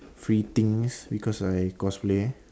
free things because I cosplay